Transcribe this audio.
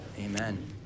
Amen